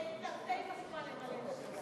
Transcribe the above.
זה תרתי משמע, למלא את החלל.